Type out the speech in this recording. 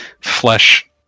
flesh